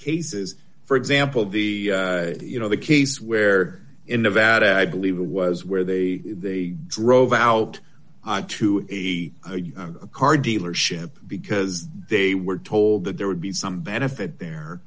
cases for example the you know the case where in nevada i believe it was where they drove out to a car dealership because they were told that there would be some benefit there